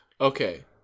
Okay